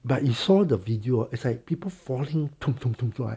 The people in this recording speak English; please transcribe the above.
but you saw the video ah it's like people falling